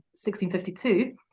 1652